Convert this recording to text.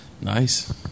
Nice